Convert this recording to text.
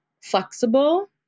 flexible